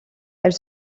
elle